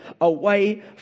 away